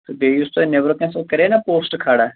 تہٕ بیٚیہِ یُس تۄہہِ نیبرِ کَنہِ کَرے نا پوسٹ کھڑا